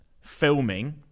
filming